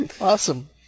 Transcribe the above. Awesome